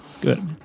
Good